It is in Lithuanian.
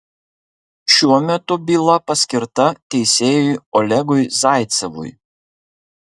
šiuo metu byla paskirta teisėjui olegui zaicevui